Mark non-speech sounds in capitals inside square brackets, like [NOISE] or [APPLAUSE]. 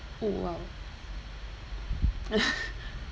oh !wow! [LAUGHS]